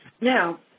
Now